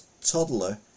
toddler